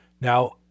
Now